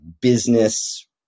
business